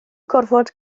gorfod